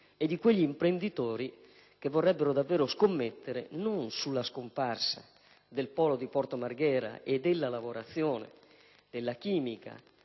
e di quegli imprenditori che vorrebbero davvero scommettere, non sulla scomparsa del polo di Porto Marghera e della lavorazione della chimica